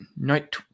night